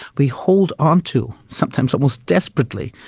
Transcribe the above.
we hold on to, sometimes almost desperately,